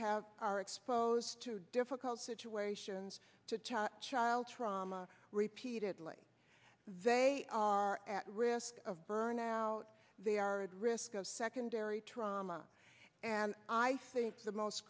have are exposed to difficult situations to child trauma repeatedly they are at risk of burnout they are at risk of secondary trauma and i think the most